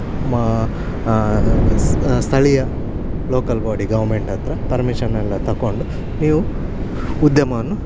ಮಾ ಸ್ ಸ್ಥಳಿಯ ಲೋಕಲ್ ಬಾಡಿ ಗೌರ್ಮೆಂಟ್ ಹತ್ರ ಪರ್ಮಿಶನ್ ಎಲ್ಲ ತಗೊಂಡು ನೀವು ಉದ್ಯಮವನ್ನು